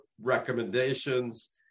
recommendations